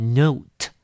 ，note